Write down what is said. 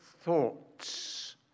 thoughts